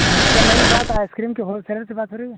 हाँ क्या मेरी बात आइसक्रीम के होलसेलर से बात हो रही है